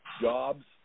jobs